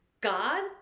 God